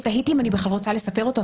שתהיתי אם אני בכלל רוצה לספר אותו,